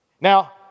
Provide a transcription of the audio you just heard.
Now